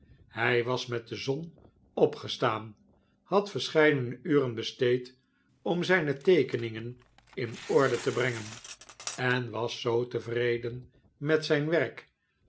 hij was met de zon opgestaan had verscheidene uren besteed om zijne teekeningen in orde te brengen en was zoo tevreden met zijn werk